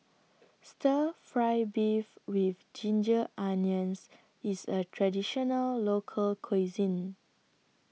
Stir Fry Beef with Ginger Onions IS A Traditional Local Cuisine